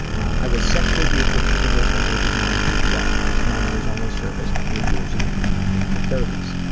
i was sexually abused repeatedly from ages nine through twelve. these memories only surfaced three years ago. i am in my thirty s.